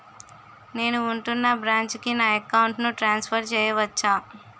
నేను ఉంటున్న బ్రాంచికి నా అకౌంట్ ను ట్రాన్సఫర్ చేయవచ్చా?